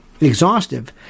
exhaustive